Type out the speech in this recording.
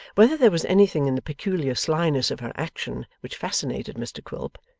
whether there was anything in the peculiar slyness of her action which fascinated mr quilp,